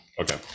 Okay